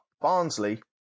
Barnsley